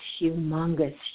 humongous